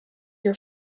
your